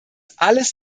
alles